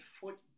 foot